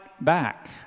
back